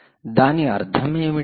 దాని అర్థం ఏమిటి